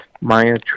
Maya